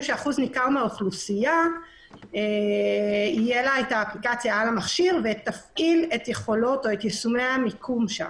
שלאחוז ניכר מהאוכלוסייה תהיה את האפליקציה שתפעיל את יישומי המיקום שם.